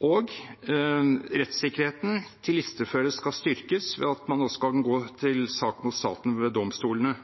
og rettsikkerheten til listeførte skal styrkes ved at man kan gå til sak mot staten ved domstolene.